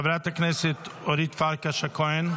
חברת הכנסת אורית פרקש הכהן.